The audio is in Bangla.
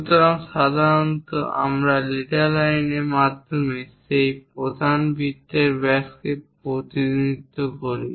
সুতরাং সাধারণত আমরা লিডার লাইনের মাধ্যমে সেই প্রধান বৃত্তের ব্যাসকে প্রতিনিধিত্ব করি